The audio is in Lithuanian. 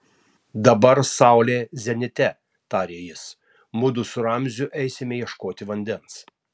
dabar saulė zenite tarė jis mudu su ramziu eisime ieškoti vandens